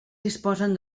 disposen